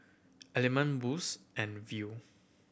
Element Boost and Viu